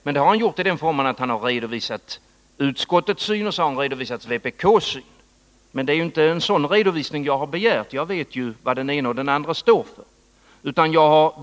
Men det har han gjort i den formen att han har redovisat utskottets och vpk:s syn. Det är inte en sådan redovisning jag har begärt, för jag vet ju var den ene och den andre står.